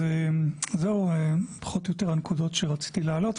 זהו פחות או יותר הנקודות שרציתי להעלות.